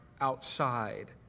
outside